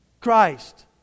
Christ